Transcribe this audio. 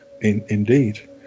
indeed